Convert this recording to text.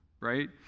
right